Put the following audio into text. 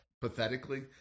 pathetically